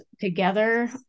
together